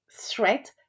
threat